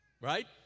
right